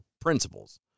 principles